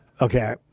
Okay